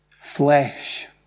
flesh